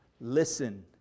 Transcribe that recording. listen